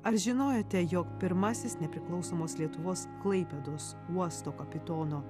ar žinojote jog pirmasis nepriklausomos lietuvos klaipėdos uosto kapitono